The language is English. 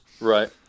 right